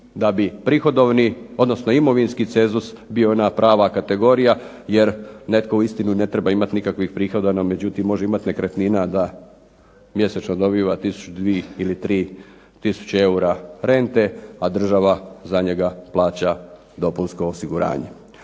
da bi prihodovni, odnosno imovinski cenzus bio ona prava kategorija, jer netko uistinu ne treba imati nikakvih prihoda, no međutim može imati nekretnina da mjesečno dobiva tisuću, dvi, ili tri tisuće eura rente, a država za njega plaća dopunsko osiguranje.